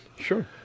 Sure